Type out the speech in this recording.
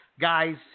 Guys